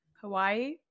Hawaii